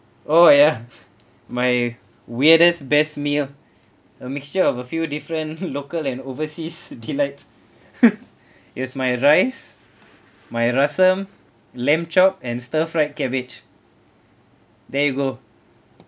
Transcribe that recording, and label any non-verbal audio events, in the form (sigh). oh ya (laughs) (breath) my weirdest best meal (breath) a mixture of a few different (noise) local and overseas delights (laughs) (breath) it was my rice my rasam lamb chop and stir fried cabbage there you go